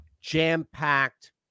jam-packed